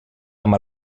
amb